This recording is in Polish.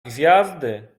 gwiazdy